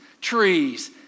trees